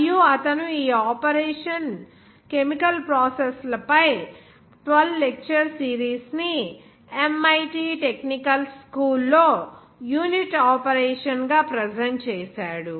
మరియు అతను ఈ ఆపరేషన్ కెమికల్ ప్రాసెస్ లపై 12 లెక్చర్స్ సిరీస్ ని MIT టెక్నికల్ స్కూల్ లో యూనిట్ ఆపరేషన్గా ప్రెజెంట్ చేసాడు